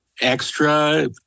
extra